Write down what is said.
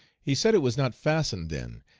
he said it was not fastened then,